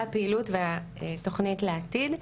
הפעילות והתוכנית לעתיד.